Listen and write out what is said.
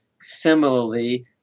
similarly